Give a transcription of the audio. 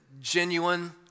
genuine